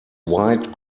wide